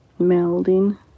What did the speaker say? Melding